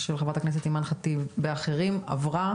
של חברת הכנסת אימאן ח'טיב ואחרים עברה